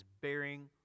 bearing